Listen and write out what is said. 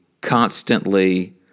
constantly